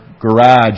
garage